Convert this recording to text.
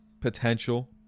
potential